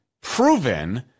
proven